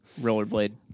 Rollerblade